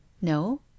No